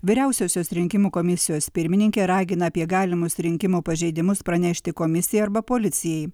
vyriausiosios rinkimų komisijos pirmininkė ragina apie galimus rinkimų pažeidimus pranešti komisijai arba policijai